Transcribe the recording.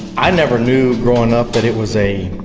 i never knew growing up that it was a